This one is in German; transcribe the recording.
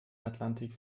atlantik